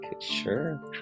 sure